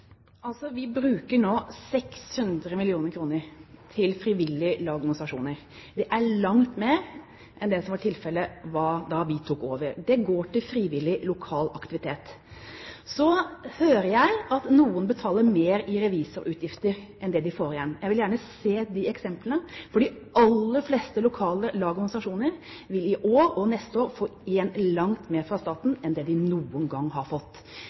Vi bruker nå 600 mill. kr til frivillige lag og organisasjoner. Det er langt mer enn det som var tilfellet da vi tok over. Dette går til frivillig lokal aktivitet. Så hører jeg at noen betaler mer i revisorutgifter enn det de får igjen. Jeg vil gjerne se de eksemplene. For de aller fleste lokale lag og organisasjoner vil i år og neste år få igjen langt mer fra staten enn det de noen gang har fått.